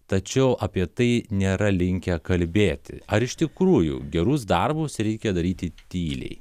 tačiau apie tai nėra linkę kalbėti ar iš tikrųjų gerus darbus reikia daryti tyliai